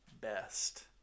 best